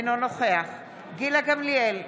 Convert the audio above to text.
אינו נוכח גילה גמליאל,